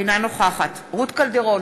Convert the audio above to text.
אינה נוכחת רות קלדרון,